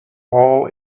all